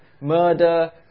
murder